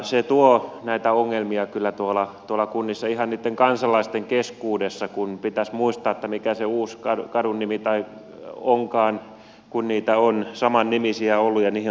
se tuo näitä ongelmia kyllä tuolla kunnissa ihan niitten kansalaisten keskuudessa kun pitäisi muistaa mikä se uusi kadunnimi onkaan kun niitä on samannimisiä ollut ja on tehty uusia